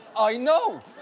i know!